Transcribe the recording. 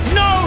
no